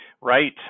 Right